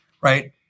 Right